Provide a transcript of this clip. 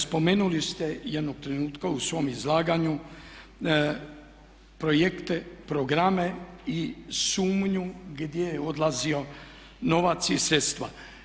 Spomenuli ste jednog trenutka u svom izlaganju projekte, programe i sumnju gdje je odlazio novac i sredstva.